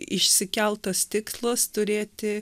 išsikeltas tikslas turėti